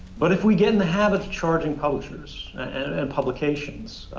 but if we get in the habit of charging publishers and publications,